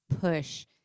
push